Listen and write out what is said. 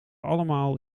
allemaal